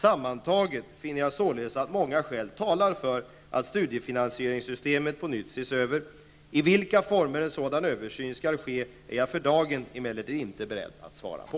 Sammantaget finner jag således att många skäl talar för att studiefinansieringssystemet på nytt ses över. I vilka former en sådan översyn skall ske är jag för dagen emellertid inte beredd att svara på.